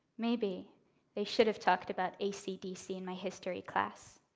maybe they should've talked about ac dc in my history class.